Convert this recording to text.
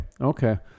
Okay